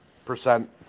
Percent